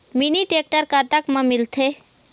Mini tractor कतक म मिलथे?